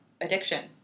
addiction